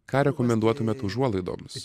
ką rekomenduotumėt užuolaidoms